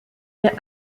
mir